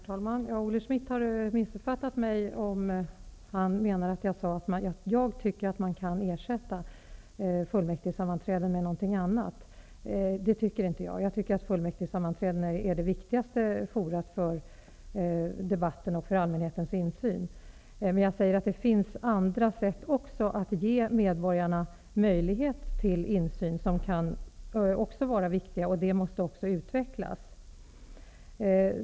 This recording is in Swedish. Herr talman! Olle Schmidt har missuppfattat mig om han tror att jag tycker att man kan ersätta fullmäktigesammanträden med något annat. Det tycker jag inte. Jag anser att fullmäktigesammanträdena är det viktigaste forumet för debatten och för allmänhetens insyn. Men jag anser att det finns även andra viktiga sätt att ge medborgarna möjlighet till insyn, och dessa måste utvecklas.